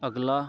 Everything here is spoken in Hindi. अगला